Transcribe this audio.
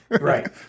Right